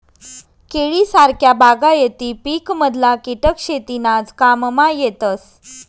केळी सारखा बागायती पिकमधला किटक शेतीनाज काममा येतस